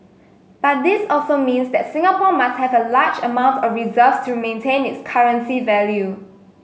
but this also means that Singapore must have a large amount of reserves to maintain its currency value